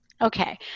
Okay